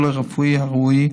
הטיפול הרפואי הראוי.